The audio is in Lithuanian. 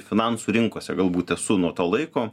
finansų rinkose galbūt esu nuo to laiko